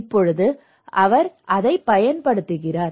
இப்போது அவர் அதைப் பயன்படுத்துகிறார்